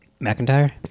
mcintyre